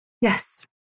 Yes